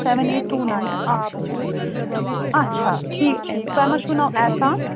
seven eight two nine اکھ second اَچھا ٹھیٖک ٹھیٖک تۄہہِ ما چھُو ناو احسان